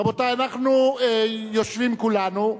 רבותי, אנחנו יושבים כולנו.